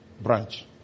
Branch